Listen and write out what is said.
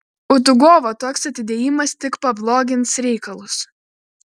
udugovo toks atidėjimas tik pablogins reikalus